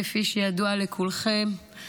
כפי שידוע לכולכם,